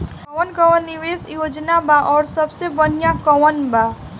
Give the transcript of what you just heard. कवन कवन निवेस योजना बा और सबसे बनिहा कवन बा?